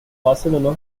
barcelona